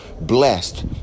blessed